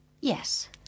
Yes